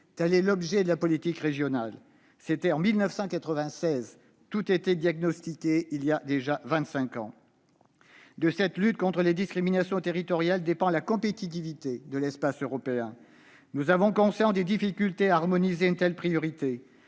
Tel est l'objet de la politique régionale. » C'était en 1996 ; tout était donc déjà diagnostiqué voilà vingt-cinq ans ! De cette lutte contre les discriminations territoriales, dépend la compétitivité de l'espace européen. Nous avons conscience des difficultés à harmoniser une telle priorité